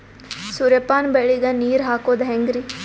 ಸೂರ್ಯಪಾನ ಬೆಳಿಗ ನೀರ್ ಹಾಕೋದ ಹೆಂಗರಿ?